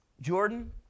Jordan